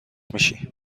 میشی